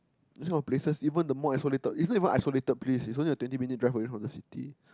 this sort of places even the more isolated it's not even isolated please it's only a twenty minute drive from the city